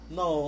no